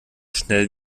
schnell